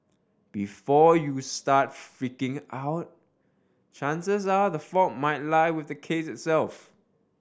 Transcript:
before you start freaking out chances are the fault might lie with the case itself